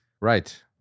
Right